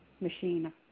machine